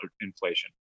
inflation